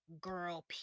girl